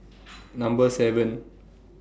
Number seven